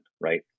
Right